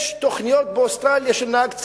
באוסטרליה יש תוכניות של נהג צעיר,